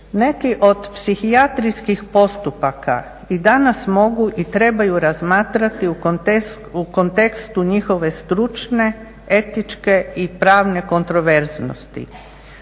Neki od psihijatrijskih postupaka i danas mogu i trebaju razmatrati u kontekstu njihove stručne, etičke i pravne kontroverznosti.